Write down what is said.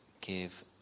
give